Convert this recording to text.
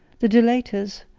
the delators,